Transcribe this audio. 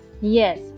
Yes